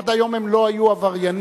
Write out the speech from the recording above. עד היום הם לא היו עבריינים.